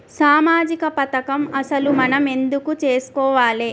సామాజిక పథకం అసలు మనం ఎందుకు చేస్కోవాలే?